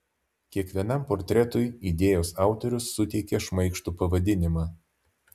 kiekvienam portretui idėjos autorius suteikė šmaikštų pavadinimą